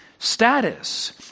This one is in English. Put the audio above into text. status